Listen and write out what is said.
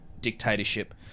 dictatorship